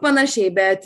panašiai bet